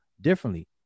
differently